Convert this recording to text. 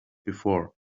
before